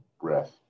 breath